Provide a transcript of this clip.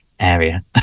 area